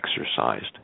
exercised